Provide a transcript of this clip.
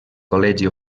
col·legi